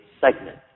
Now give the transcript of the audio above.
segment